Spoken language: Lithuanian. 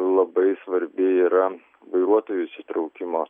labai svarbi yra vairuotojų įsitraukimo